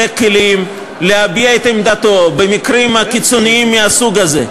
כלים להביע את עמדתו במקרים קיצוניים מהסוג הזה,